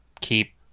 keep